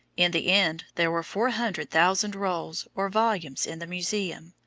in the end there were four hundred thousand rolls or volumes in the museum,